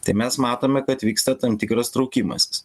tai mes matome kad vyksta tam tikras traukimasis